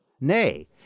Nay